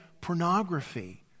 pornography